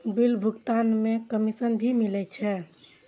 Bill भुगतान में commission भी मिले छै?